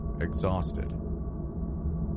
exhausted